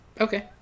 okay